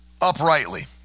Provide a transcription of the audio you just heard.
uprightly